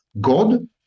god